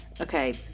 okay